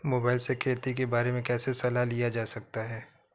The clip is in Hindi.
मोबाइल से खेती के बारे कैसे सलाह लिया जा सकता है?